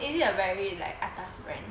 is it a very like atas brand